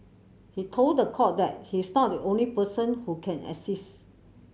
he told the court that he is not the only person who can assist